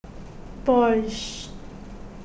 Bosch